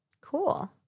Cool